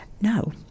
No